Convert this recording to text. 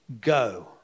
go